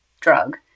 drug